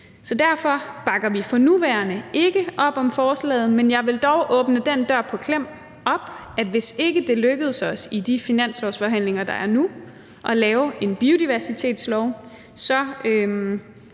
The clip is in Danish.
Derfor bakker vi for nuværende ikke op om forslaget, men jeg vil dog åbne en dør på klem og sige, at hvis ikke det lykkes os i de finanslovsforhandlinger, der er nu, at lave en biodiversitetslov, så